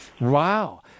Wow